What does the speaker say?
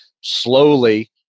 slowly